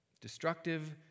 destructive